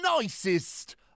nicest